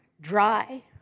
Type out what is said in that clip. dry